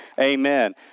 Amen